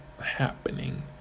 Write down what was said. happening